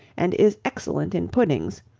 and is excellent in puddings,